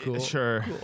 sure